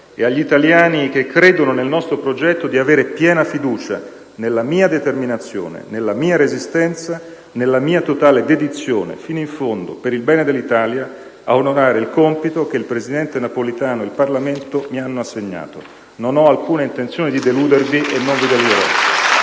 e agli italiani che credono nel nostro progetto di avere piena fiducia nella mia determinazione, nella mia resistenza e nella mia totale dedizione, fino in fondo, per il bene dell'Italia, ad onorare il compito che il presidente Napolitano e il Parlamento mi hanno assegnato. Non ho alcuna intenzione di deludervi e non vi deluderò.